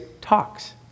talks